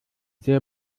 sehr